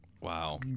Wow